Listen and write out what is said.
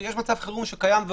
יש מצב חירום שקיים,